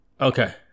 Okay